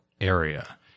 area